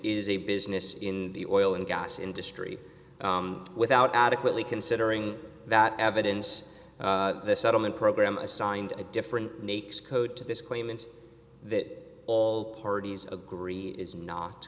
is a business in the oil and gas industry without adequately considering that evidence the settlement program assigned a different nakes code to this claimant that all parties agree is not